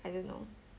I don't know